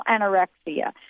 anorexia